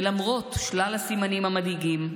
ולמרות שלל הסימנים המדאיגים,